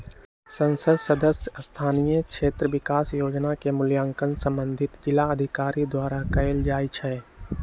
संसद सदस्य स्थानीय क्षेत्र विकास जोजना के मूल्यांकन संबंधित जिलाधिकारी द्वारा कएल जाइ छइ